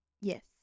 Yes